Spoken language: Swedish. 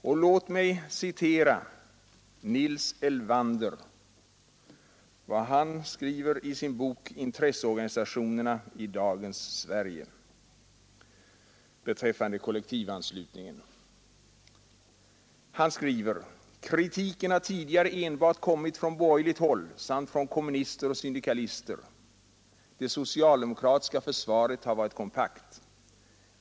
Och låt mig citera vad Nils Elvander skriver beträffande kollektivanslut ningen i sin bok Intresseorganisationerna i dagens Sverige: ”Kritiken har tidigare enbart kommit från borgerligt håll samt från kommunister och sydikalister; det socialdemokratiska försvaret har varit kompakt.